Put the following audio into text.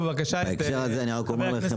בינתיים בהקשר הזה אני רק אומר לכם,